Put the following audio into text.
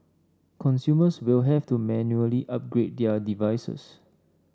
consumers will have to manually upgrade their devices